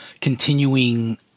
continuing